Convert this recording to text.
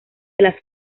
las